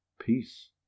peace